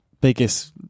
biggest